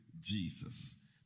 Jesus